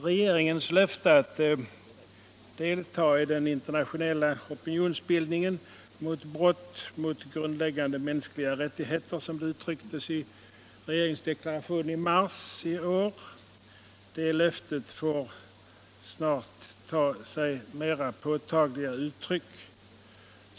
Regeringens löfte att delta i den internationella opinionsbildningen mot brott mot grundläggande mänskliga rättigheter, som det uttrycktes i regeringsdeklarationen i mars i år, får snart ta sig mera påtagliga uttryck.